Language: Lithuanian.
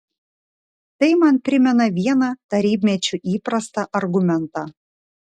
tai man primena vieną tarybmečiu įprastą argumentą